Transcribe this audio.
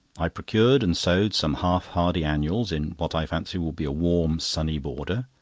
i procured and sowed some half-hardy annuals in what i fancy will be a warm, sunny border.